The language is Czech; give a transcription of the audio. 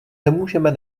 nemůžeme